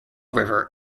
river